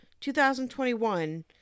2021